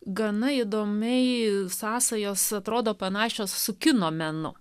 gana įdomiai sąsajos atrodo panašios su kino menu